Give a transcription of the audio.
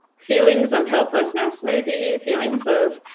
feelings of helplessness, maybe, feelings of,